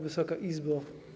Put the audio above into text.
Wysoka Izbo!